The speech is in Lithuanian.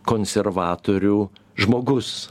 konservatorių žmogus